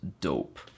dope